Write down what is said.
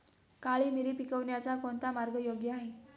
काळी मिरी पिकवण्याचा कोणता मार्ग योग्य आहे?